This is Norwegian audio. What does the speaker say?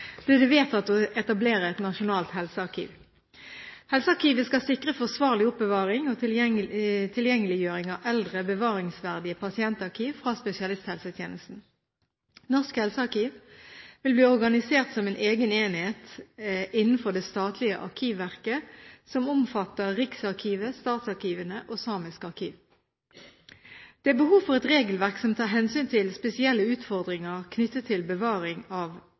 ble det vedtatt å etablere et nasjonalt helsearkiv. Helsearkivet skal sikre forsvarlig oppbevaring og tilgjengeliggjøring av eldre, bevaringsverdige pasientarkiv fra spesialisthelsetjenesten. Norsk helsearkiv vil bli organisert som en egen enhet innenfor det statlige Arkivverket – som omfatter Riksarkivet, statsarkivene og Samisk arkiv. Det er behov for et regelverk som tar hensyn til spesielle utfordringer knyttet til bevaring av